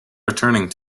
returning